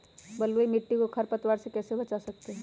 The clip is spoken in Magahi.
बलुई मिट्टी को खर पतवार से कैसे बच्चा सकते हैँ?